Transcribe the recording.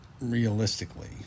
realistically